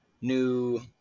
new